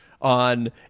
on